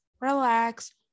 relax